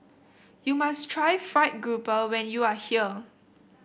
you must try fried grouper when you are here